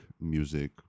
music